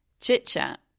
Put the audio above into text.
chit-chat